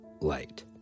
light